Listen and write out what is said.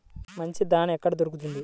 మంచి దాణా ఎక్కడ దొరుకుతుంది?